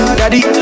daddy